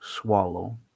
swallow